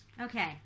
okay